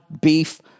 beef